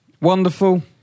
Wonderful